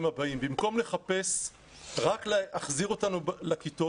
הבאים: במקום לחפש רק להחזיר אותנו לכיתות,